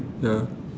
ya